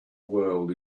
world